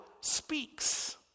speaks